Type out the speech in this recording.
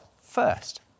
first